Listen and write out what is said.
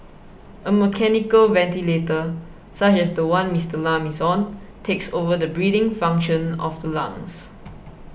a mechanical ventilator such as the one Mister Lam is on takes over the breathing function of the lungs